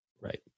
Right